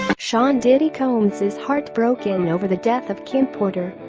sean diddy combs is heartbroken over the death of kim porter,